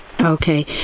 Okay